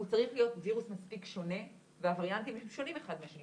הוא צריך להיות וירוס מספיק שונה והווריאנטים הם שונים אחד מהשני,